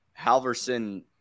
Halverson